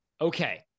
Okay